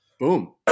Boom